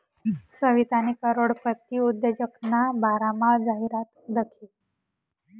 सवितानी करोडपती उद्योजकना बारामा जाहिरात दखी